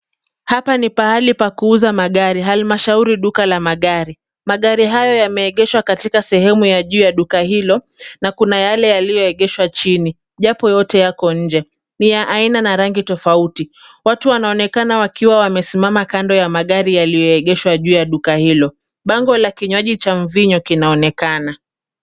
Hapa ni pahali pa kuuza magari halmashauri duka la magari. Magari haya yameegeshwa katika sehemu ya juu ya duka hilo na kuna yale yaliyoegeshwa chini, japo yote yako nje, ni ya aina na rangi tofauti. Watu wanaonekana wakiwa wamesimama kando ya magari yaliyoegeshwa juu ya duka hilo. Bango la kinywaji cha mvinyo kinaonekana.